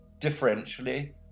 differentially